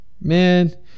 man